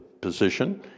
position